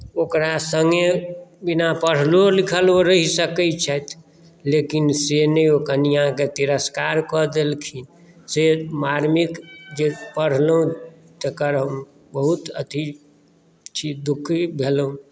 ओकरा सङ्गे बिना पढ़लो लिखल ओ रहि सकैत छथि लेकिन से नहि ओ कनिआँके तिरष्कार कऽ देलखिन से मार्मिक जे पढ़लहुँ तकर हम बहुत अथी छी दुखी भेलहुँ